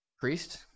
Priest